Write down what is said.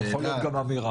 זה יכול להיות גם אמירה.